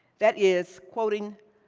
that is, quoting,